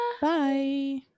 Bye